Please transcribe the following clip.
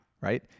Right